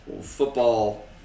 football